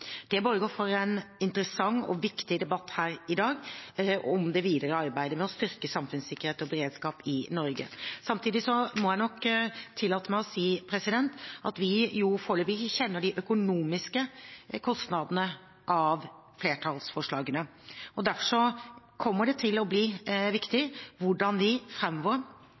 Det borger for en interessant og viktig debatt her i dag om det videre arbeidet med å styrke samfunnssikkerhet og beredskap i Norge. Samtidig må jeg nok tillate meg å si at vi foreløpig ikke kjenner de økonomiske kostnadene av flertallsforslagene. Derfor kommer det til å bli viktig hvordan